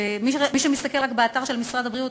שמי שמסתכל באתר של משרד הבריאות,